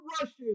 rushes